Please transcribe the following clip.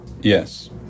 Yes